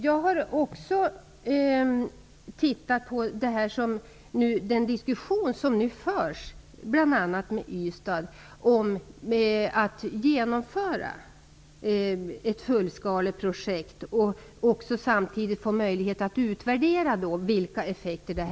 Jag har också följt den diskussion som nu förs, bl.a. med Ystad, om att genomföra ett fullskaleprojekt och samtidigt få möjlighet att utvärdera effekterna.